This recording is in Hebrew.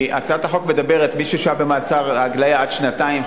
כי הצעת החוק מדברת על כך שמי ששהה במאסר הגליה עד שנתיים,